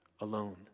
alone